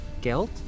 Guilt